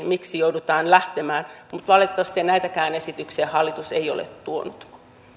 miksi joudutaan lähtemään mutta valitettavasti näitäkään esityksiä hallitus ei ole tuonut